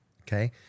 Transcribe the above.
Okay